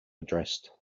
addressed